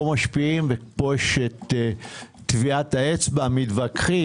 משפיעים ופה יש את טביעת האצבע מתווכחים,